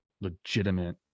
legitimate